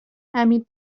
حمید